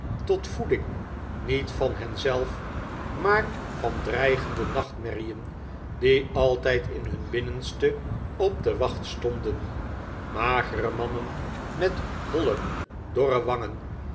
tot voeding niet van hen zelf maar van dreigende nachtmerrien die altijd in hun binnenste op de wacht stonden magere mannen met holle dorre wangen